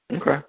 Okay